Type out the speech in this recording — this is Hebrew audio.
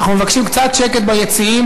אנחנו מבקשים קצת שקט ביציעים,